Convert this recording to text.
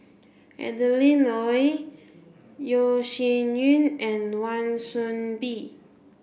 Adeline Ooi Yeo Shih Yun and Wan Soon Bee